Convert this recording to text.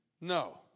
No